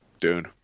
Dune